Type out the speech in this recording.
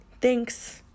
Thanks